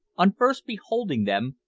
on first beholding them,